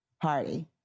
party